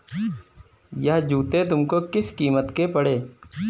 यह जूते तुमको किस कीमत के पड़े?